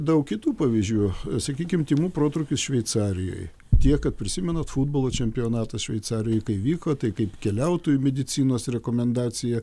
daug kitų pavyzdžių sakykim tymų protrūkis šveicarijoj tiek kad prisimenat futbolo čempionatas šveicarijoj kai vyko tai kaip keliautojų medicinos rekomendacija